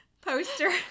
poster